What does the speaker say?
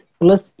plus